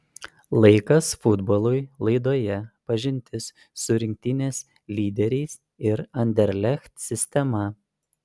laikas futbolui laidoje pažintis su rinktinės lyderiais ir anderlecht sistema